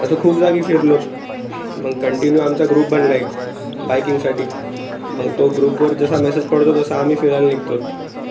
असं खूप जागी फिरलोत मग कंटिन्यू आमचा ग्रुप बनला एक बायकिंगसाठी मग तो ग्रुपवर जसा मेसेज पडतो तसा आम्ही फिरायला निघतोत